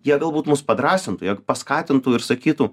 jie galbūt mus padrąsintų jeigu paskatintų ir sakytų